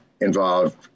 involved